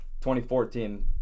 2014